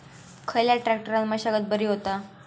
खयल्या ट्रॅक्टरान मशागत बरी होता?